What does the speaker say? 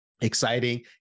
exciting